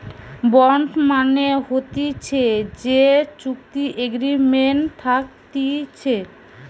bond মানে হতিছে যে চুক্তি এগ্রিমেন্ট থাকতিছে